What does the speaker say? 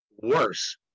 worse